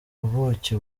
ubuki